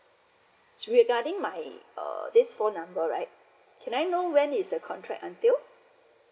it's regarding my uh this phone number right can I know when is the contract until